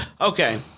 Okay